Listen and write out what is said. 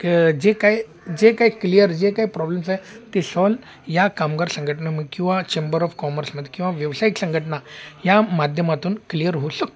क जे काय जे काय क्लिअर जे काय प्रॉब्लेम्स आहे ते सॉल्व ह्या कामगार संघटनामध्ये किंवा चेंबर ऑफ कॉमर्समध्ये किंवा व्यावसायिक संघटना ह्या माध्यमातून क्लिअर होऊ शकतो